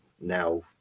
now